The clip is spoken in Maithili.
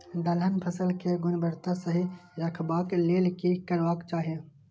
दलहन फसल केय गुणवत्ता सही रखवाक लेल की करबाक चाहि?